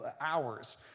hours